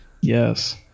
Yes